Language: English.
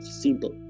Simple